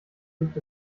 gibt